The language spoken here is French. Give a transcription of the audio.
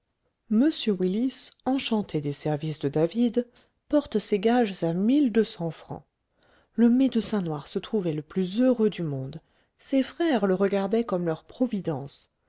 m willis enchanté des services de david porte ses gages à mille deux cents francs le médecin noir se trouvait le plus heureux du monde ses frères le regardaient comme leur providence